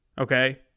okay